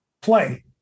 play